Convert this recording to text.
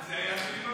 על זה היה --- בוועדה.